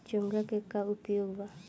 चोंगा के का उपयोग बा?